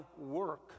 work